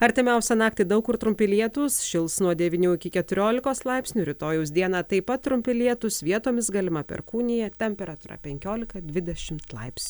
artimiausią naktį daug kur trumpi lietūs šils nuo devynių iki keturiolikos laipsnių rytojaus dieną taip pat trumpi lietūs vietomis galima perkūnija temperatūra penkiolika dvidešimt laips